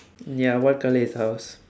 ya what colour his house